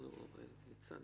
ניצן,